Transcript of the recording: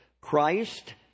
Christ